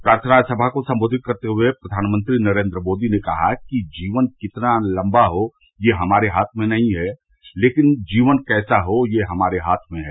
प्रार्थना सभा को संबोधित करते हए प्रधानमंत्री नरेन्द्र मोदी ने कहा कि जीवन कितना लम्बा हो यह हमारे हाथ में नहीं है लेकिन जीवन कैसा हो यह हमारे हाथ में है